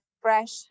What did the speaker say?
fresh